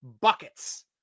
buckets